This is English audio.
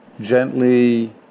gently